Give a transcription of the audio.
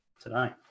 Today